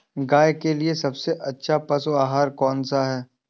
गाय के लिए सबसे अच्छा पशु आहार कौन सा है?